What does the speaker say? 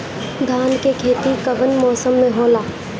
धान के खेती कवन मौसम में होला?